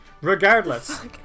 Regardless